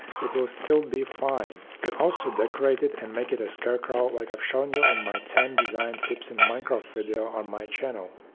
it will still be fine. you can also decorate it and make it a scarecrow like i've shown you in my ten design tips in minecraft video on my channel.